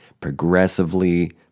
progressively